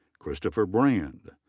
christopher brand.